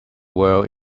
world